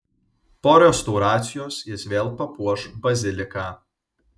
po restauracijos jis vėl papuoš baziliką